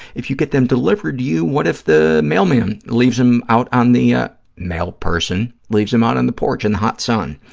if you get them delivered to you, what if the mailman leaves them out on the, ah mailperson leaves them out on the porch in the hot sun?